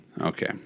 Okay